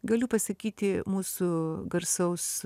galiu pasakyti mūsų garsaus